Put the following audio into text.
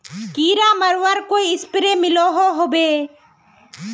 कीड़ा मरवार कोई स्प्रे मिलोहो होबे?